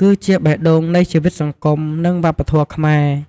គឺជា បេះដូងនៃជីវិតសង្គម និងវប្បធម៌ខ្មែរ។